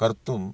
कर्तुं